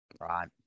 Right